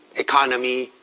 economy,